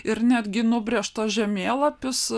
ir netgi nubrėžtas žemėlapis